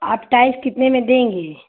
आप टाइल्स कितने में देंगी